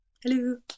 Hello